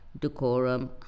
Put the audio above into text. decorum